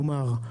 כלומר,